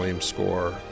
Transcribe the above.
score